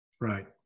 Right